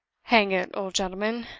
hang it, old gentleman,